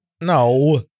No